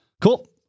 Cool